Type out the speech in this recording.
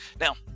Now